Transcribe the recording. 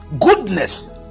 goodness